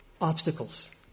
obstacles